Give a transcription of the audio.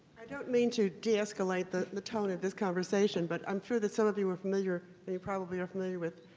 i don't mean to deescalate the the tone of this conversation, but i'm sure that some of you are familiar or you probably are familiar with.